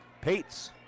Pates